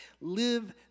Live